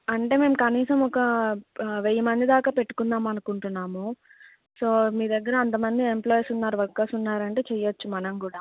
అంటే మేము కనీసం ఒక వెయ్యి మంది దాకా పెట్టుకుందాంమనుకుంటున్నాము సో మీ దగ్గర అంతమంది ఎంప్లాయస్ ఉన్నారు వర్కర్స్ ఉన్నారంటే చెయొచ్చు మనం కూడా